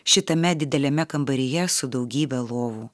šitame dideliame kambaryje su daugybe lovų